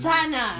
Sana